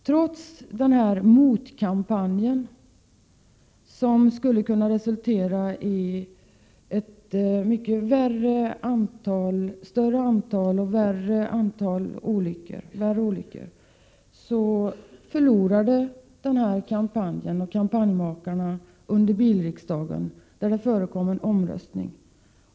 Trots denna motkampanj, som skulle kunna resultera i ett mycket större antal och svårare olyckor, förlorade dessa kampanjmakare en omröstning under bilriksdagen.